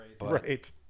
Right